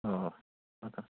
ꯍꯣꯏ ꯍꯣꯏ ꯊꯝꯃꯣ ꯊꯝꯃꯣ